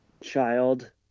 Child